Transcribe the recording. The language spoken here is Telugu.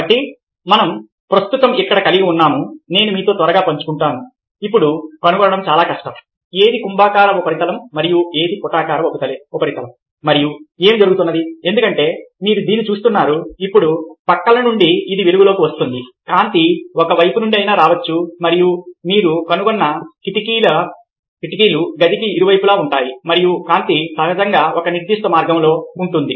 కాబట్టి మనం ప్రస్తుతం ఇక్కడ కలిగి ఉన్నాము నేను మీతో త్వరగా పంచుకుంటాను ఇప్పుడు కనుగొనడం చాలా కష్టం ఏది కుంభాకార ఉపరితలం మరియు ఏది పుటాకార ఉపరితలం మరియు ఏమి జరుగుతున్నది ఎందుకంటే మీరు దీన్ని చూస్తున్నారు ఇప్పుడు పక్కల నుండి ఇది వెలుగులోకి వస్తుంది కాంతి ఏ వైపు నుండి అయినా రావచ్చు మరియు మీరు కనుగొన్న కిటికీలు గదికి ఇరువైపులా ఉంటాయి మరియు కాంతి సహజంగా ఒక నిర్దిష్ట మార్గంలో ఉంటుంది